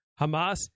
Hamas